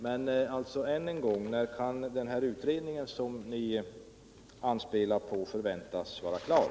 Men än en gång: När kan utredningen, som ni anspelar på, förväntas vara klar?